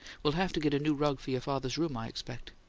we'll have to get a new rug for your father's room, i expect.